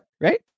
right